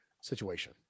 situation